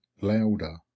louder